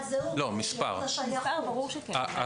מספר ברור שכן,